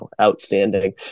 outstanding